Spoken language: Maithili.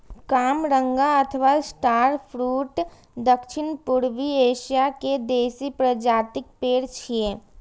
कामरंगा अथवा स्टार फ्रुट दक्षिण पूर्वी एशिया के देसी प्रजातिक पेड़ छियै